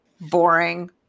Boring